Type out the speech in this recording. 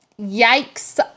yikes